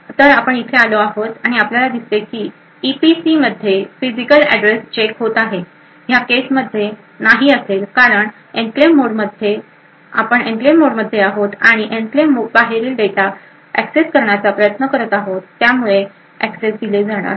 तर आपण इथं आलो आहोत आणि आपल्याला दिसते की ई पी सी मध्ये फिजिकल एड्रेस चेक होत आहे ह्या केसमध्ये नाही असेल कारण आपण एन्क्लेव्ह मोडमध्ये आहोत आणि एन्क्लेव्ह बाहेरील डेटा करण्याचा प्रयत्न करत आहोत आणि त्यामुळे एक्सेस दिले जाणार नाही